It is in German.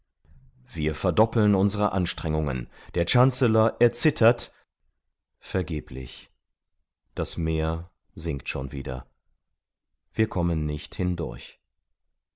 wir verdoppeln unsere anstrengungen der chancellor erzittert vergeblich das meer sinkt schon wieder wir kommen nicht hindurch